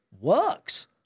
works